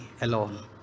alone